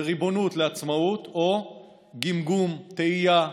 לריבונות, לעצמאות, או גמגום, תהייה,